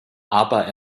aber